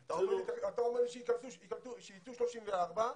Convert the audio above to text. אתה אומר שיצאו 34,